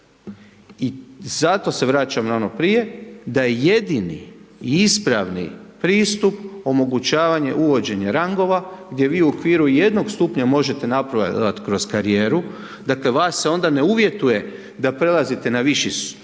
i zato se vraćam na ono prije da je jedini i ispravni pristup omogućavanje uvođenja rangova gdje vi u okviru jednog stupnja možete napredovati kroz karijeru, dakle, vas se onda ne uvjetuje da prelazite na viši sud